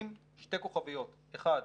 עם שתי כוכביות, אחת,